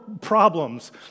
problems